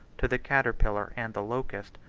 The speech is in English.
to the caterpillar and the locust,